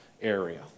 area